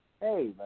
hey